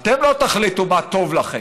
אתם לא תחליטו מה טוב לכם,